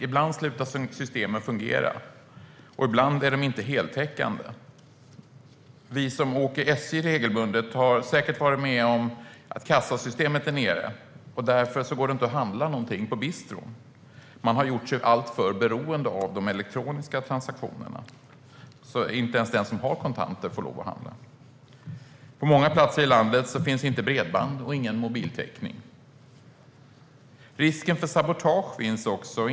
Ibland slutar systemen fungera, och ibland är de inte heltäckande. Vi som åker med SJ regelbundet har säkert varit med om att kassasystemet är nere och att det därför inte går att handla i bistron. Man har gjort sig alltför beroende av de elektroniska transaktionerna. Inte ens den som har kontanter får lov att handla. Och på många platser i landet finns inte bredband eller mobiltäckning. Risken för sabotage finns också.